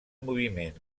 moviment